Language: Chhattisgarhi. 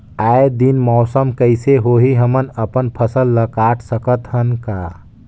आय दिन मौसम कइसे होही, हमन अपन फसल ल काट सकत हन का?